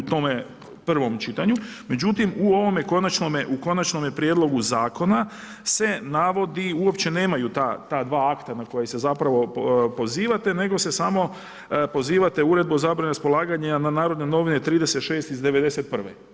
U tome prvom čitanju, međutim, u ovom konačnom prijedlogu zakona se navodi, uopće nemaju ta dva akta na koji se zapravo pozivate, nego se samo pozivate Uredbu o zabrani raspolaganja na Narodne novine 36 iz '91.